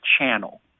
channel